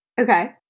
Okay